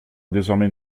désormais